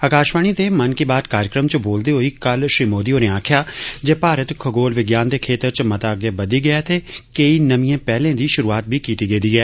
आकाशवाणी दे 'मन की बात' कार्यक्रम च बोलदे होई कल श्री मोदी होरें आक्खेआ जे भारत खगोल विज्ञान दे क्षेत्र च मता अग्गै बद्दी गेआ ऐ ते केंई नमिये पहलें दी शुरूआत बी कीती ऐ